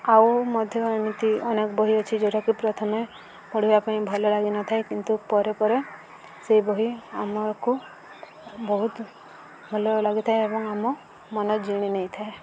ଆଉ ମଧ୍ୟ ଏମିତି ଅନେକ ବହି ଅଛି ଯେଉଁଟାକି ପ୍ରଥମେ ପଢ଼ିବା ପାଇଁ ଭଲ ଲାଗିନଥାଏ କିନ୍ତୁ ପରେ ପରେ ସେଇ ବହି ଆମକୁ ବହୁତ ଭଲ ଲାଗିଥାଏ ଏବଂ ଆମ ମନ ଜିଣି ନେଇଥାଏ